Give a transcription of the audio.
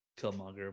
Killmonger